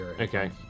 okay